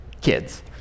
Kids